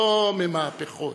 לא ממהפכות.